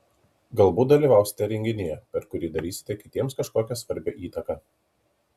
galbūt dalyvausite renginyje per kurį darysite kitiems kažkokią svarbią įtaką